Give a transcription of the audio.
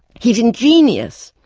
he's ingenious,